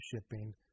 shipping